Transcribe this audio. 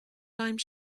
time